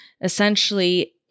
essentially